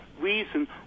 reason